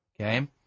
Okay